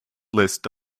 list